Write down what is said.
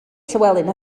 llywelyn